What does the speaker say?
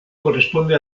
corresponde